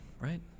right